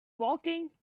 walking